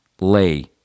lay